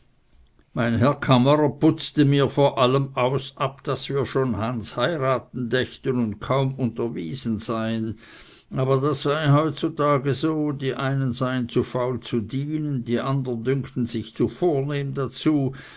mein herr kammerer putzte mir vor allem aus ab daß wir schon ans heiraten dächten und kaum unterwiesen seien aber das sei heutzutage so die einen seien zu faul zu dienen die andern dünkten sich zu vornehm dazu